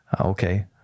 Okay